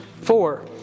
four